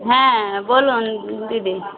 হ্যাঁ বলুন দিদি